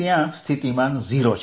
ત્યાં સ્થિતિમાન 0 છે